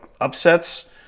upsets